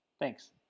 Thanks